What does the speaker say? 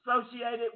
associated